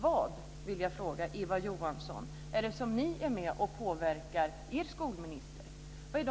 Vad, vill jag fråga Eva Johansson, är det som ni är med och påverkar er skolminister med?